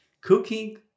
cooking